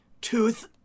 tooth